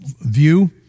view